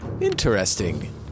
interesting